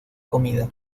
comida